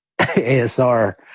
asr